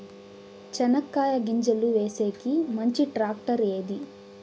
చెనక్కాయ గింజలు వేసేకి మంచి టాక్టర్ ఏది?